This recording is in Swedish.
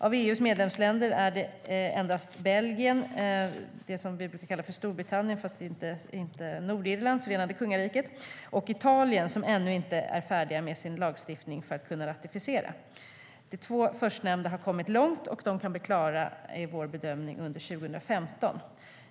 Av EU:s medlemsländer är det endast Belgien, Förenade kungariket, det vill säga Storbritannien och Nordirland, och Italien som ännu inte är färdiga med sin lagstiftning för att kunna ratificera. De två förstnämnda har kommit långt, och vår bedömning är att de kan bli klara under 2015.